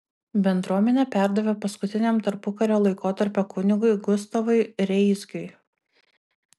bendruomenę perdavė paskutiniam tarpukario laikotarpio kunigui gustavui reisgiui